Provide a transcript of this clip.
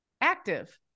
active